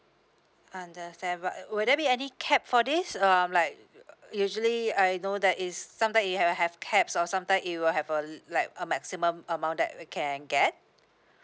understand but uh will there be any cap for this um like usually I know that is sometime it ha~ uh have caps or sometimes it will have uh like a maximum amount that we can get